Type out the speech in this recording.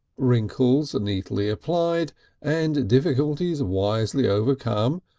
wrinkles neatly applied and difficulties wisely overcome,